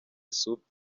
supt